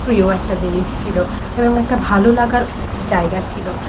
প্রিয় একটা জিনিস ছিলো এবং একটা ভালো লাগার জায়গা ছিল